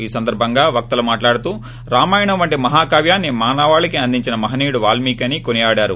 ఈ సందర్బంగా వక్తలు మాట్లాడుతూ రామాయణం వంటి మహాకావ్యాన్ని మానవాళికి అందించిన మహనీయుడు వాళ్మికి అని కొనియాడారు